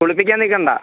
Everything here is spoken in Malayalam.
കുളിപ്പിക്കാൻ നിൽക്കേണ്ട